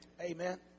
Amen